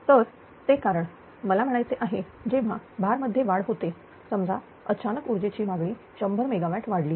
तर ते कारण मला म्हणायचे आहे जेव्हा भार मध्ये वाढ होते समजा अचानक ऊर्जेची मागणी 100 मेगावॅट वाढली